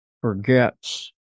forgets